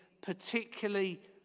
particularly